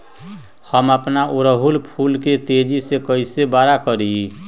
हम अपना ओरहूल फूल के तेजी से कई से बड़ा करी?